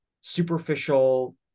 superficial